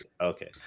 Okay